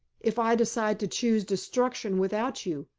if i decide to choose destruction without you,